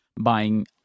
buying